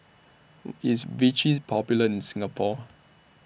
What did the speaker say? IS Vichy Popular in Singapore